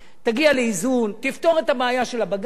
תגיע לאיזון, תפתור את הבעיה של הבג"ץ.